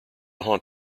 haunt